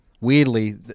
Weirdly